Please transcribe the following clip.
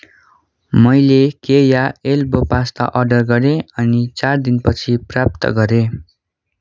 मैले केया elbow pasta order गरेँ अनि चार दिनपछि प्राप्त गरेँ